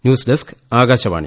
news desk Akashvani